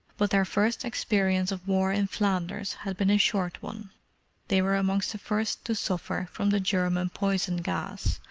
but their first experience of war in flanders had been a short one they were amongst the first to suffer from the german poison-gas,